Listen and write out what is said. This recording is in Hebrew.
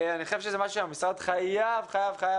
אני חושב שזה משהו שהמשרד חייב לעשות.